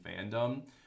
fandom